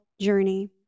journey